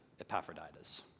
Epaphroditus